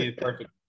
perfect